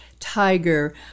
tiger